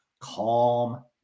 calm